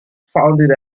founded